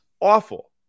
awful